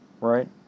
right